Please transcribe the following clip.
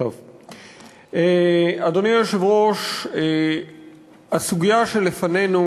אדוני היושב-ראש, הסוגיה שלפנינו